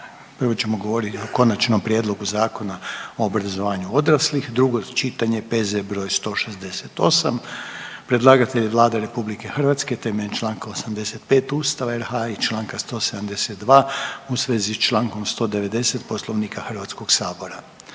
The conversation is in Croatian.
prvo ćemo govoriti o: - Konačni prijedlog Zakona o obrazovanju odraslih, drugo čitanje, P.Z. br. 168; Predlagatelj je Vlada RH temeljem čl. 85 Ustava RH i čl. 172. u svezi s čl. 190. Poslovnika Hrvatskog sabora.